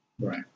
Right